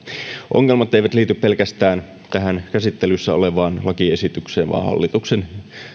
ongelmat eivät liity pelkästään tähän käsittelyssä olevaan lakiesitykseen vaan myös hallituksen